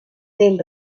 del